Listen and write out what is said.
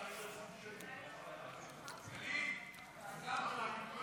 חוק התכנון והבנייה (תיקון מס' 158),